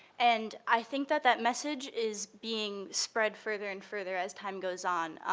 and, i think that that message is being spread further and further as time goes on.